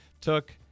took